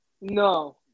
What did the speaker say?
No